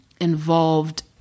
involved